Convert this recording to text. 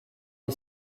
est